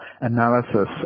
analysis